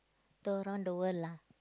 turn around the world lah